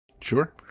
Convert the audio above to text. Sure